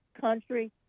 country